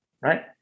right